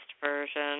version